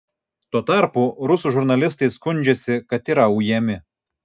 tuo tarpu rusų žurnalistai skundžiasi kad yra ujami